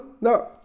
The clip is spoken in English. no